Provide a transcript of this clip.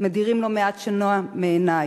מדירים לא מעט שינה מעיני.